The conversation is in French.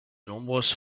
nombreuses